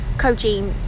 coaching